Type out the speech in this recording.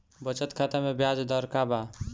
बचत खाता मे ब्याज दर का बा?